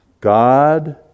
God